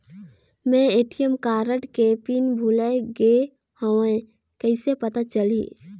मैं ATM card के PIN भुलाए गे हववं कइसे पता चलही?